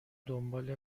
دنبال